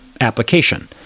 application